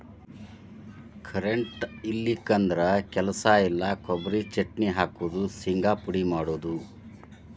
current ಇಲ್ಲಿಕಂದ್ರ ಕೆಲಸ ಇಲ್ಲಾ, ಕೊಬರಿ ಚಟ್ನಿ ಹಾಕುದು, ಶಿಂಗಾ ಪುಡಿ ಮಾಡುದು